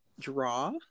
draw